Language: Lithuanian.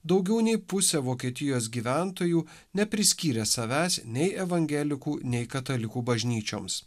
daugiau nei pusė vokietijos gyventojų nepriskyrė savęs nei evangelikų nei katalikų bažnyčioms